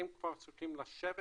הם כבר צריכים לשבת